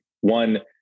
One